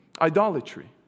Idolatry